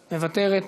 מוותרת.